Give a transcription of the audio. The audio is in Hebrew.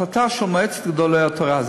החלטה של מועצת גדולי התורה,